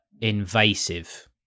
invasive